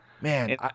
Man